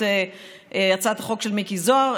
את הצעת החוק של מיקי זוהר,